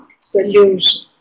solution